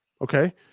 okay